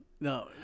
No